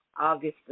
August